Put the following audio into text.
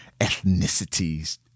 ethnicities